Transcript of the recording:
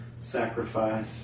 sacrifice